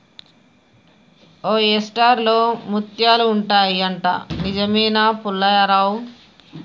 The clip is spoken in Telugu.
ఓయెస్టర్ లో ముత్యాలు ఉంటాయి అంట, నిజమేనా పుల్లారావ్